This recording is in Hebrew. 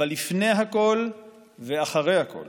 אבל לפני הכול ואחרי הכול